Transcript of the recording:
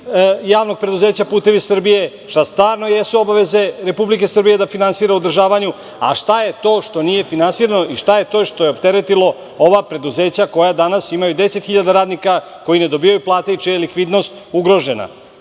javnog preduzeća "Putevi Srbije", šta stvarno jesu obaveze Republike Srbije da finansira u održavanju a šta je to što nije finansirano i šta je to što je opteretilo ova preduzeća koja danas imaju 10 hiljada radnika koji ne dobijaju plate i čija je likvidnost